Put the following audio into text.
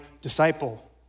disciple